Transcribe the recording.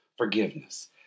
forgiveness